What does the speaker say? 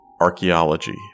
archaeology